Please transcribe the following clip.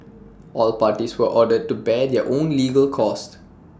all parties were ordered to bear their own legal costs